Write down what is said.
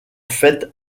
fait